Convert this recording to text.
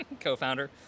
Co-founder